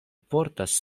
portas